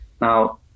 now